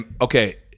okay